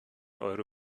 euro